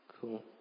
Cool